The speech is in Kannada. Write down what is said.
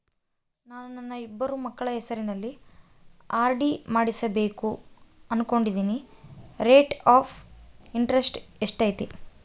ನಾನು ನನ್ನ ಇಬ್ಬರು ಮಕ್ಕಳ ಹೆಸರಲ್ಲಿ ಆರ್.ಡಿ ಮಾಡಿಸಬೇಕು ಅನುಕೊಂಡಿನಿ ರೇಟ್ ಆಫ್ ಇಂಟರೆಸ್ಟ್ ಎಷ್ಟೈತಿ?